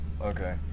okay